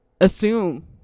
assume